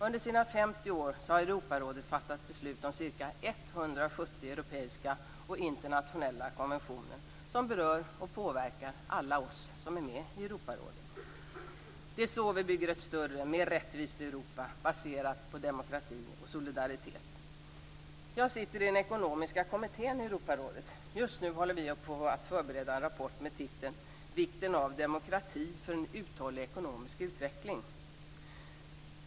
Under sina 50 år har Europarådet fattat beslut om ca 170 europeiska och internationella konventioner som berör och påverkar alla oss som är med i Europarådet. Det är så vi bygger ett större, mer rättvist Europa, baserat på demokrati och solidaritet. Jag sitter i den ekonomiska kommittén i Europarådet. Just nu håller vi på att förbereda en rapport med titeln Vikten av demokrati för en uthållig ekonomisk utveckling.